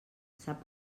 sap